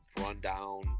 rundown